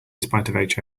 spite